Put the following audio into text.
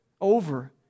over